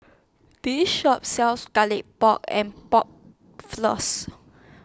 This Shop sells Garlic Pork and Pork Floss